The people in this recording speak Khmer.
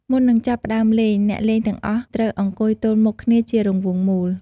មុននឹងចាប់ផ្តើមលេង អ្នកលេងទាំងអស់ត្រូវ អង្គុយទល់មុខគ្នាជារង្វង់មូល។